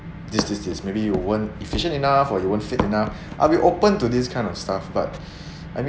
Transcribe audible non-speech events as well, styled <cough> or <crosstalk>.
this this this maybe you weren't efficient enough or you won't fit enough <breath> I'll be open to this kind of stuff but <breath> I mean